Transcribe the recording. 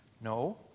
No